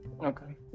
Okay